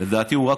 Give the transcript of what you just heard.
לדעתי הוא רק